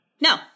No